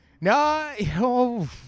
No